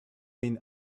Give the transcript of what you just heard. been